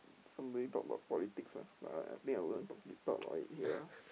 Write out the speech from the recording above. somebody talk about politics ah but I think I won't talk it talk about it here ah